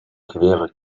quere